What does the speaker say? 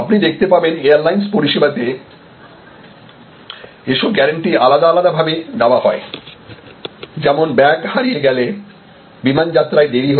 আপনি দেখতে পাবেন এয়ারলাইনস পরিষেবাতে এসব গ্যারান্টি আলাদা আলাদা ভাবে দেওয়া হয় যেমন ব্যাগ হারিয়ে গেলে বিমান যাত্রায় দেরি হলে